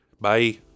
Bye